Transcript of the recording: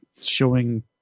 showing